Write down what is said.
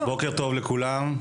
בוקר טוב לכולם.